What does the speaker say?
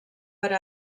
per